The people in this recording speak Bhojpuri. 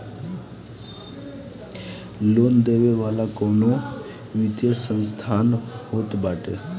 लोन देवे वाला कवनो वित्तीय संस्थान होत बाटे